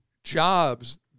Jobs